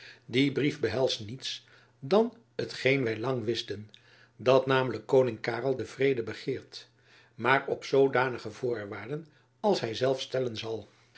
die brief behelst niets dan t geen wy lang wisten dat namelijk koning karel den vrede begeert maar op zoodanige voorwaarden als hy zelf stellen zal